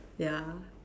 ya